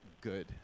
good